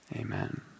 amen